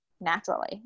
naturally